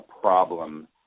problem